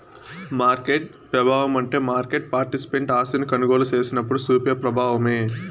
market పెబావమంటే market participant ఆస్తిని కొనుగోలు సేసినప్పుడు సూపే ప్రబావమే